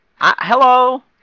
hello